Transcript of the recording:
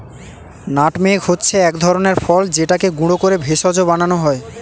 nutmeg হচ্ছে এক ধরনের ফল যেটাকে গুঁড়ো করে ভেষজ বানানো হয়